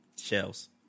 shells